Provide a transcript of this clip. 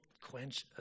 quench